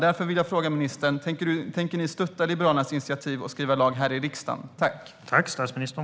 Därför vill jag fråga statsministern: Tänker ni stötta Liberalernas initiativ och skriva lag här i riksdagen?